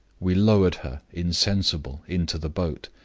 we lowered her, insensible, into the boat.